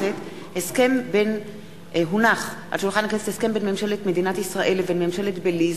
הסכם בין ממשלת מדינת ישראל לבין ממשלת בליז